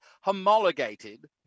homologated